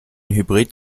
hybrid